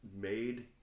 made